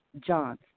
John